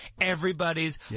everybody's